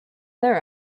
their